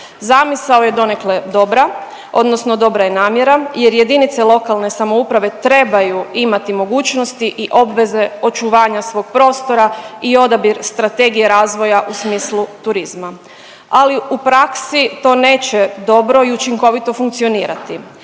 Zamisao je donekle dobra odnosno dobra je namjera jer jedinice lokalne samouprave trebaju imati mogućnosti i obveze očuvanja svog prostora i odabir strategije razvoja u smislu turizma, ali u praksi to neće dobro i učinkovito funkcionirati.